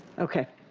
okay.